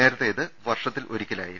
നേരത്തെ ഇത് വർഷത്തിലൊരിക്കലായിരുന്നു